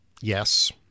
Yes